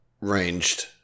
ranged